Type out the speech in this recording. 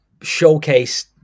showcase